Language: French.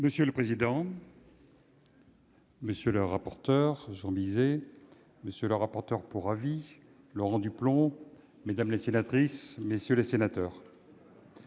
Monsieur le président, monsieur le rapporteur Jean Bizet, monsieur le rapporteur pour avis Laurent Duplomb, mesdames, messieurs les sénateurs,